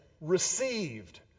received